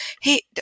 Hey